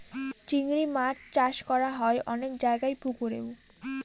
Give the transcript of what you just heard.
চিংড়ি মাছ চাষ করা হয় অনেক জায়গায় পুকুরেও